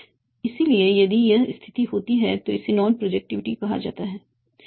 इसलिए यदि यह स्थिति होती है तो इसे नॉन प्रोजक्टिविटी कहा जाता है